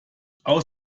aus